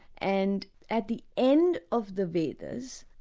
and at the end of the vedas,